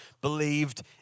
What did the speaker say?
believed